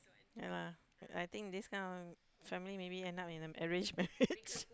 ya lah I think this kind of family maybe end up in an arranged marriage